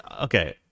okay